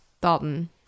Dalton